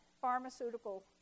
pharmaceutical